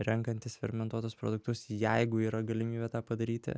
renkantis fermentuotus produktus jeigu yra galimybė tą padaryti